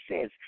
says